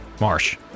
Marsh